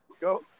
Go